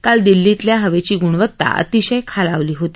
काल दिल्लीतल्या हवेची ग्णवत्ता अतिशय खालावली होती